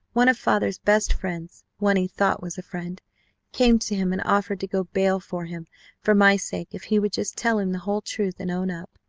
one of father's best friends one he thought was a friend came to him and offered to go bail for him for my sake if he would just tell him the whole truth and own up.